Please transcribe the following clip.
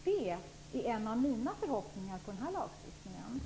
Det är en av mina förhoppningar på den här lagstiftningen.